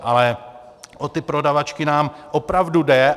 Ale o ty prodavačky nám opravdu jde.